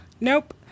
Nope